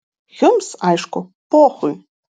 jums aišku pochui